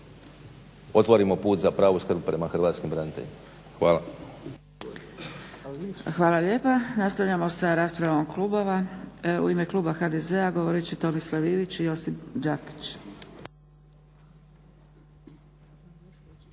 otvorimo put za pravu skrb prema hrvatskim braniteljima. Hvala. **Zgrebec, Dragica (SDP)** Hvala lijepa. Nastavljamo sa raspravom klubova. U ime kluba HDZ-a govorit će Tomislav Ivić i Josip Đakić.